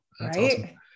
Right